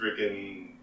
freaking